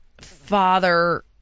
father